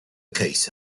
case